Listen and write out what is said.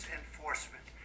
enforcement